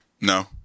No